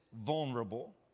vulnerable